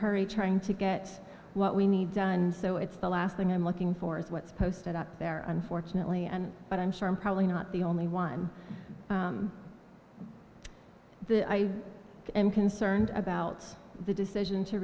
hurry trying to get what we need done so it's the last thing i'm looking for is what's posted up there unfortunately and but i'm sure i'm probably not the only one the i am concerned about the decision to